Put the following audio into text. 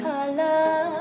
Color